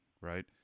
right